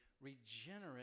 regenerate